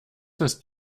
ist